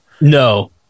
no